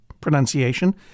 pronunciation